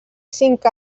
cinc